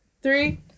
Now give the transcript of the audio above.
Three